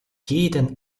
jeden